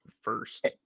first